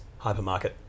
hypermarket